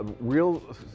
real